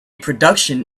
production